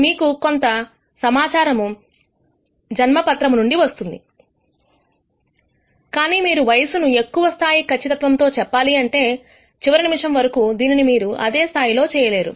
మీకు కొంత సమాచారము జన్మ పత్రము నుండి వస్తుంది కానీ మీరు వయసు ను ఎక్కువ స్థాయి ఖచ్చితత్వం తో చెప్పాలంటే చివరి నిమిషం వరకు దీనిని మీరు అదే స్థాయిలో చేయలేరు